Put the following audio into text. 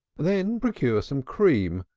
then procure some cream,